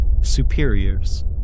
superiors